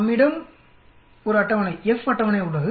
நம்மிடம் ஒரு அட்டவணை F அட்டவணை உள்ளது